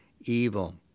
evil